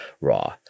raw